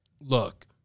look